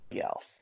else